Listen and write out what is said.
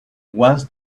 once